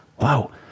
Wow